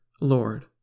Lord